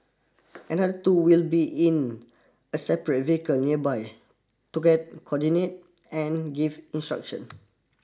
another two will be in a separate vehicle nearby to coordinate and give instruction